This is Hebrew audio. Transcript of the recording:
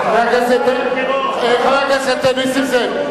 חבר הכנסת נסים זאב,